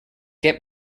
get